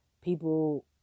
people